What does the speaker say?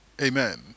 Amen